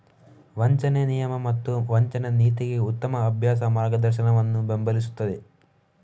ವಂಚನೆ ನಿಯಮ ಮತ್ತು ವಂಚನೆ ನೀತಿಗೆ ಉತ್ತಮ ಅಭ್ಯಾಸ ಮಾರ್ಗದರ್ಶನವನ್ನು ಬೆಂಬಲಿಸುತ್ತದೆ